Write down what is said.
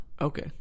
Okay